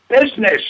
business